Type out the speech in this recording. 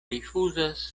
rifuzas